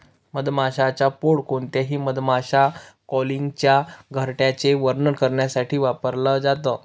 मधमाशांच पोळ कोणत्याही मधमाशा कॉलनीच्या घरट्याचे वर्णन करण्यासाठी वापरल जात